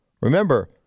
Remember